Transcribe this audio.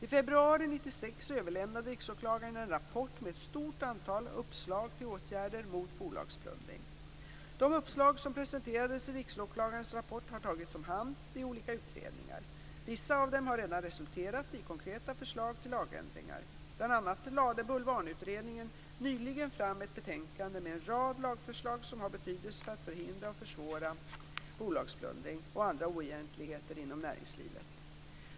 I februari 1996 överlämnade Riksåklagaren en rapport med ett stort antal uppslag till åtgärder mot bolagsplundring. De uppslag som presenterades i Riksåklagarens rapport har tagits om hand i olika utredningar. Vissa av dem har redan resulterat i konkreta förslag till lagändringar. Bl.a. lade Bulvanutredningen nyligen fram ett betänkande med en rad lagförslag som har betydelse för att förhindra och försvåra bolagsplundring och andra oegentligheter inom näringslivet.